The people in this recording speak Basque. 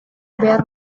behar